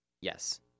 yes